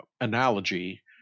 analogy